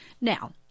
Now